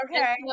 Okay